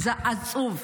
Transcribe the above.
זה עצוב.